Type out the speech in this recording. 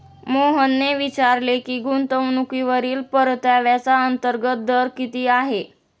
मोहनने विचारले की गुंतवणूकीवरील परताव्याचा अंतर्गत दर किती आहे?